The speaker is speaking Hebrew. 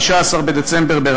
7 בדצמבר,